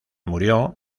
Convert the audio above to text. murió